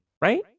right